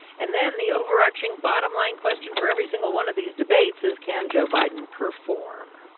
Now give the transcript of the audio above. and then the overarching bottom-line question for every single one of these debates is, can joe biden perform?